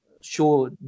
show